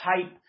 type